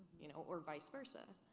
you know, or vice versa.